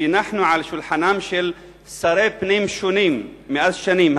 שהנחנו על שולחנם של שרי פנים שונים לפני שנים,